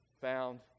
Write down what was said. found